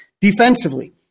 defensively